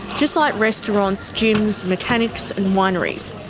just like restaurants, gyms, mechanics and wineries.